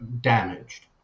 damaged